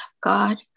God